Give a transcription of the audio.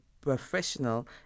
professional